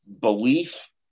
belief